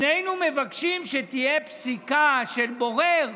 שנינו מבקשים שתהיה פסיקה של בורר